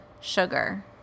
sugar